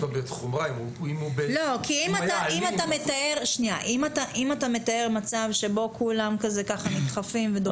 אתה מתאר מצב שבו כולם נדחפים ודוחפים.